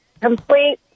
complete